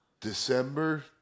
December